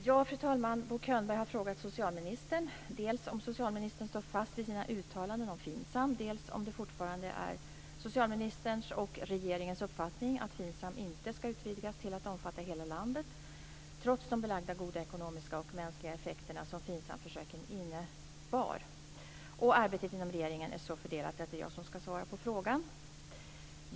Fru talman! Bo Könberg har frågat socialministern dels om han står fast vid sina uttalanden om FINSAM, dels om det fortfarande är socialministerns och regeringens uppfattning att FINSAM inte skall utvidgas till att omfatta hela landet trots de belagda goda ekonomiska och mänskliga effekter som FIN SAM-försöken innebar. Arbetet inom regeringen är så fördelat att det är jag som skall svara på frågan.